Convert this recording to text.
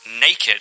naked